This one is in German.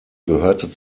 gehörte